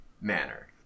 manner